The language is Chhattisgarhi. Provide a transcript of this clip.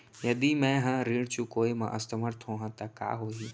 यदि मैं ह ऋण चुकोय म असमर्थ होहा त का होही?